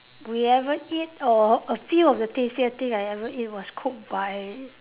we ever eat or a few of the tastier thing I ever eat was cooked by